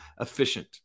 efficient